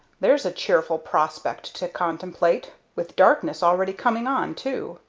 there's a cheerful prospect to contemplate, with darkness already coming on, too!